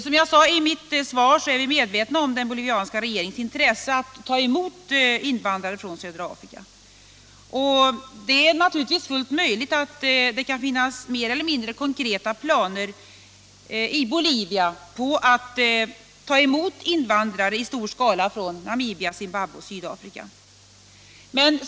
Som jag sade i mitt svar är vi medvetna om den bolivianska regeringens intresse att ta emot invandrare från södra Afrika, och det är naturligtvis fullt möjligt att det i Bolivia kan finnas mer eller mindre konkreta planer på att i stor skala ta emot invandrare från Namibia, Zimbabwe och Sydafrika.